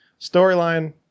Storyline